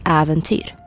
äventyr